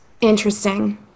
Interesting